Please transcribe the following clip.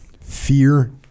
Fear